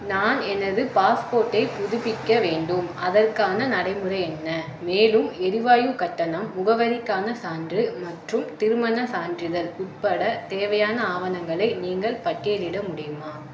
நான் எனது பாஸ்போர்ட்டை புதுப்பிக்க வேண்டும் அதற்கான நடைமுறை என்ன மேலும் எரிவாயுக் கட்டணம் முகவரிக்கான சான்று மற்றும் திருமணச் சான்றிதழ் உட்பட தேவையான ஆவணங்களை நீங்கள் பட்டியலிட முடியுமா